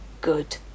good